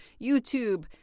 YouTube